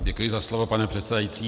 Děkuji za slovo, pane předsedající.